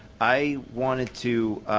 i wanted to